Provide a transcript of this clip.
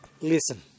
listen